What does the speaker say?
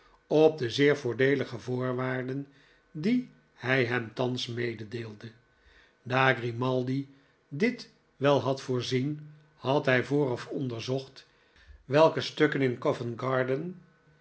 op de zeer voordeelige voorwaarden die hij hem thans mededeelde daar grimaldi dit wel had voorzien had hij vooraf onderzocht welkestukken in